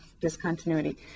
discontinuity